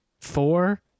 Four